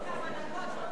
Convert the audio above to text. עוד כמה דקות הציבור